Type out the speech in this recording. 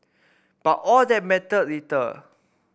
but all that mattered little